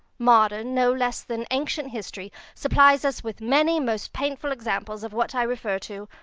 modern, no less than ancient history, supplies us with many most painful examples of what i refer to.